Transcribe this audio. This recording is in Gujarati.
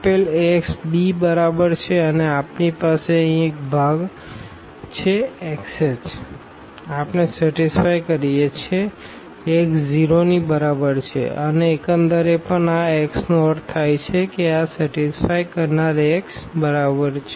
આપેલ Ax b બરાબર છે અને આપણી પાસે અહીં એક ભાગ છે xh આપણે સેટીસફાઈ કરીએ છીએ Ax 0 ની બરાબર છે અને એકંદરે પણ આ x નો અર્થ થાય છે કે આ સેટીસફાઈ કરનાર Ax બરાબર છે